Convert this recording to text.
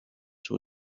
sur